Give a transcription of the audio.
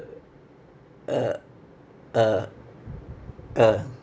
uh uh uh